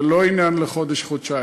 זה לא עניין לחודש-חודשיים.